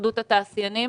התאחדות התעשיינים.